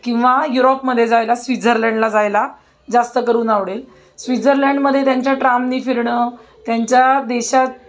किंवा युरोपमध्ये जायला स्विझरलँडला जायला जास्त करून आवडेल स्विझरलँडमध्ये त्यांच्या ट्रामने फिरणं त्यांच्या देशात